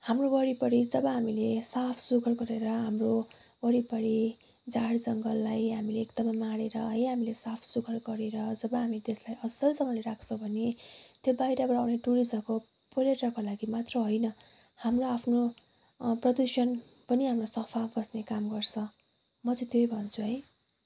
हाम्रो वरिपरि जब हामीले साफसुग्घर गरेर हाम्रो वरिपरि झारजङ्गललाई हामीले एकदमै माडेर है हामीले साफसुग्घर गरेर जब हामी त्यसलाई असलसँगले राख्छौँ भने त्यो बाहिरबाट आउने टुरिस्टहरूको पर्यटकहरूको लागि मात्र होइन हाम्रो आफ्नो प्रदूषण पनि हामीलाई सफा बस्ने काम गर्छ म चाहिँ त्यही भन्छु है